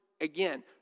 again